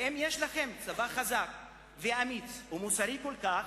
ואם יש לכם צבא חזק ואמיץ ומוסרי כל כך,